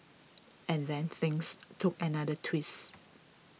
and then things took another twist